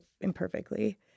imperfectly